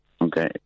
Okay